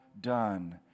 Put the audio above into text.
done